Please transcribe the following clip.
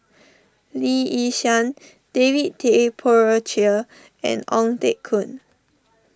Lee Yi Shyan David Tay Poey Cher and Ong Teng Koon